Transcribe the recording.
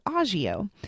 Agio